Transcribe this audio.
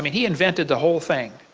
i mean he invented the whole thing,